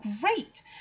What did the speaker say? great